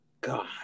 god